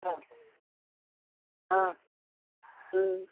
ஆ ஆ ம்